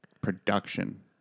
production